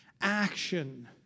action